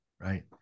right